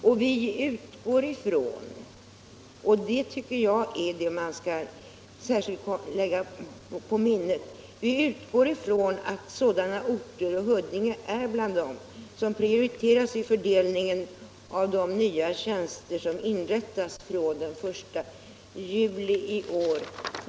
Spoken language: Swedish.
Vi förutsätter också — och det tycker jag man särskilt skall lägga på minnet — att sådana orter, och till dem hör Huddinge, skall prioriteras vid fördelningen av de nya tjänster som inrättas fr.o.m. den 1 juli i år.